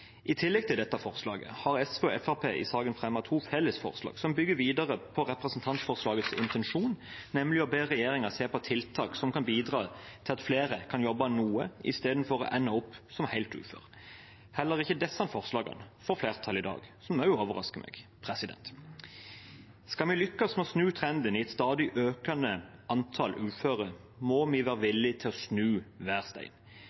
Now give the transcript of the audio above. I tillegg til dette forslaget har SV og Fremskrittspartiet i saken fremmet to fellesforslag som bygger videre på representantforslagets intensjon, nemlig å be regjeringen om å se på tiltak som kan bidra til at flere kan jobbe noe, istedenfor å ende opp som helt ufør. Heller ikke disse forslagene får flertall i dag, noe som også overrasker meg. Skal vi lykkes med å snu trenden med et stadig økende antall uføre, må vi være